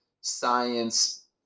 science